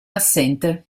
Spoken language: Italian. assente